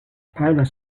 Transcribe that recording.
pilot